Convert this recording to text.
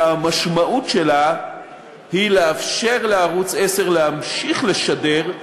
שהמשמעות שלה היא לאפשר לערוץ 10 להמשיך לשדר,